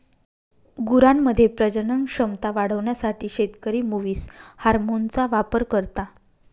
गुरांमध्ये प्रजनन क्षमता वाढवण्यासाठी शेतकरी मुवीस हार्मोनचा वापर करता